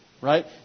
Right